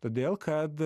todėl kad